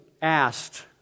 asked